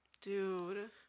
Dude